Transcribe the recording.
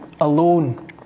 alone